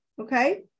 Okay